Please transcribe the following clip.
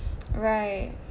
right